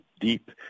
deep